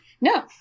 no